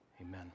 Amen